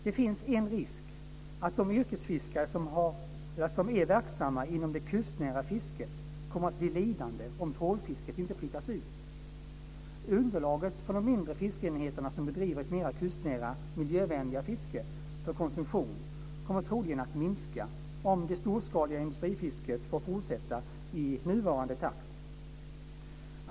Det finns en risk för att de yrkesfiskare som är verksamma inom det kustnära fisket kommer att bli lidande om trålfisket inte flyttas ut. Underlaget för de mindre fiskeenheterna, som bedriver ett mer kustnära, miljövänligare fiske för konsumtion kommer troligen att minska om det storskaliga industrifisket för fortsätta i nuvarande takt.